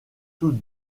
tous